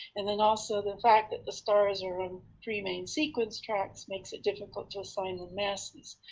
and then also the fact that the stars are on pre-main sequence tracks makes it difficult to assign the masses.